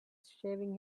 shaving